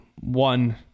one